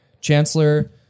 Chancellor